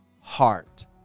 heart